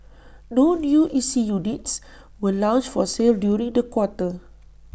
no new E C units were launched for sale during the quarter